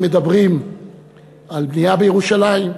אם מדברים על בנייה בירושלים,